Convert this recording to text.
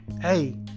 hey